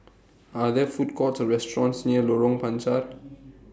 Are There Food Courts Or restaurants near Lorong Panchar